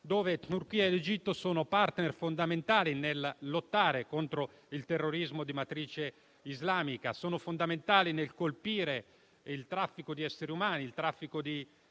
dove Turchia ed Egitto sono *partner* fondamentali nel lottare contro il terrorismo di matrice islamica e nel colpire il traffico di esseri umani e armi. Da